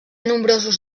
nombrosos